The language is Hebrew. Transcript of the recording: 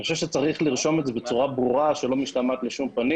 אני חושב שצריך לרשום בצורה ברורה שלא משתמעת לשום פנים